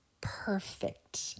perfect